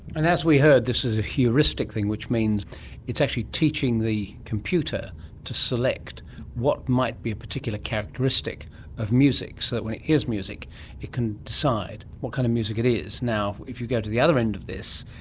and, as we heard, this is a heuristic thing, which means it's actually teaching the computer to select what might be a particular characteristic of music, so that when it hears music it can decide what kind of music it is. if you go to the other end of this,